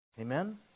amen